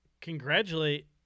congratulate